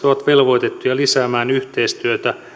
velvoitettuja lisäämään yhteistyötä